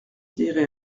dirai